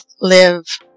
live